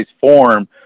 form